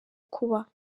kuba